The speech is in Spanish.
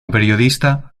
periodista